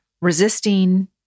resisting